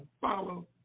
follow